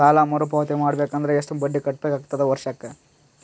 ಸಾಲಾ ಮರು ಪಾವತಿ ಮಾಡಬೇಕು ಅಂದ್ರ ಎಷ್ಟ ಬಡ್ಡಿ ಕಟ್ಟಬೇಕಾಗತದ ವರ್ಷಕ್ಕ?